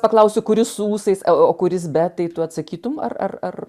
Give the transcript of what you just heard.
paklausiu kuris su ūsais o kuris bet tai tu atsakytum ar ar ar